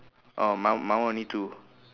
oh my my one only two